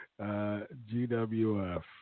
GWF